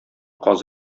каз